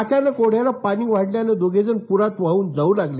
अचानक ओढ्याला पाणी वाढल्यान दोघे जण पुरात वाहन जाऊ लागले